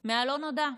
מהלא-נודע.